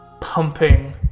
pumping